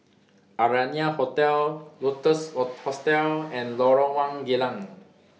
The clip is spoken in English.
Arianna Hotel Lotus Hostel and Lorong one Geylang